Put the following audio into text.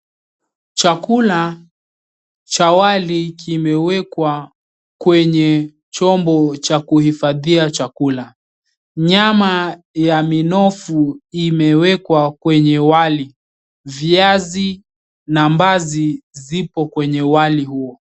Chakula cha wali kimewekwa kwenye chombo cha kuhifadhia chakula. Nyama ya minofu imewekwa kwenye wali. Viazi na mbaazi zipo kwenye wali huo.